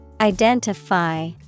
Identify